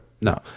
no